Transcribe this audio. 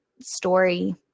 story